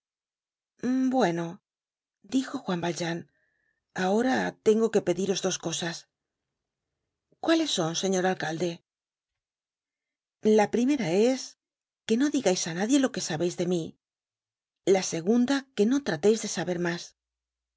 bueno dijo juan valjean ahora tengo que pediros dos cosas cuáles son señor alcalde la primera es que no digais á nadie lo que sabeis de mí la segunda que no trateis de saber mas